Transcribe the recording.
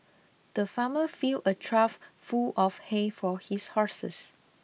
the farmer filled a trough full of hay for his horses